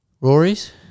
Rory's